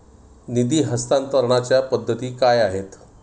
निधी हस्तांतरणाच्या पद्धती काय आहेत?